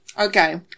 okay